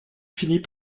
finit